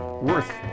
worth